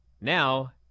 now